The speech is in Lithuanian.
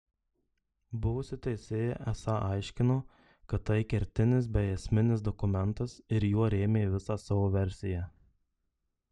buvusi teisėja esą aiškino kad tai kertinis bei esminis dokumentas ir juo rėmė visą savo versiją